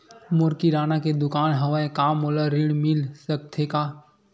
मोर किराना के दुकान हवय का मोला ऋण मिल सकथे का?